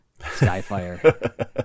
Skyfire